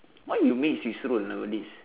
why you make swiss roll nowadays